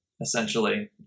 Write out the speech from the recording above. essentially